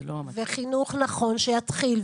וחינוך נכון שיתחיל,